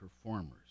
performers